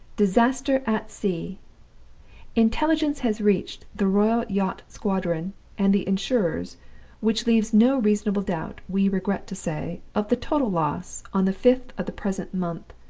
disaster at sea intelligence has reached the royal yacht squadron and the insurers which leaves no reasonable doubt, we regret to say, of the total loss, on the fifth of the present month,